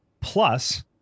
plus